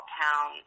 town